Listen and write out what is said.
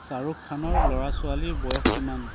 শ্বাহৰুখ খানৰ ল'ৰা ছোৱালীৰ বয়স কিমান